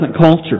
culture